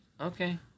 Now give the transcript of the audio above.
Okay